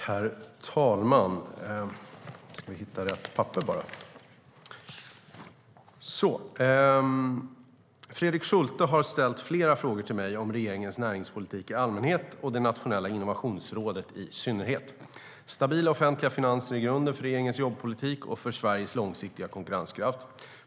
Herr talman! Fredrik Schulte har ställt flera frågor till mig om regeringens näringspolitik i allmänhet och det nationella Innovationsrådet i synnerhet. Stabila offentliga finanser är grunden för regeringens jobbpolitik och för Sveriges långsiktiga konkurrenskraft.